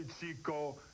Chico